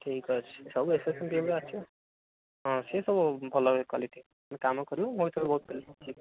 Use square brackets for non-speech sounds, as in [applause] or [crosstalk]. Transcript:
ଠିକ୍ ଅଛି ସବୁ [unintelligible] ଟିମ୍ରେ ଆସିବ ହଁ ସେ ସବୁ ଭଲ କ୍ୱାଲିଟି ସିଏ କାମ କରିବ [unintelligible]